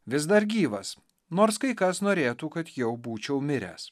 vis dar gyvas nors kai kas norėtų kad jau būčiau miręs